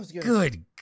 Good